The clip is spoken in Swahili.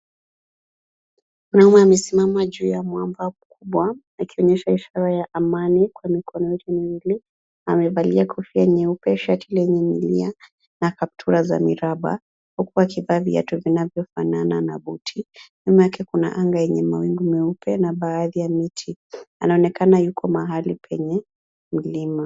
Mwanaume amesimama juu ya mwamba mkubwa akionyesha ishara ya amani kwa mikono yake miwili. Amevalia kofia nyeupe, shati lenye milia na kaptura za miraba huku akivaa viatu vinavyofanana. na buti Nyuma yake kuna anga yenye mawingu meupe na baadhi ya miti. Anaonekana yuko mahali penye milima.